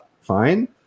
fine